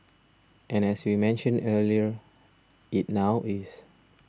and as we mentioned earlier it now is